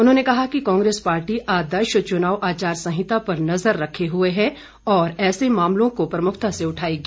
उन्होंने कहा कि कांग्रेस पार्टी आदर्श चुनाव आचार संहिता पर नज़र रखे हुए हैं और ऐसे मामलों को प्रमुखता से उठाएगी